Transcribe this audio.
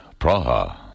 Praha